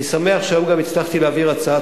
אני שמח שהיום גם הצלחתי להעביר הצעת